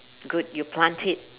good you plant it